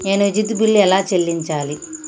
నేను విద్యుత్ బిల్లు ఎలా చెల్లించాలి?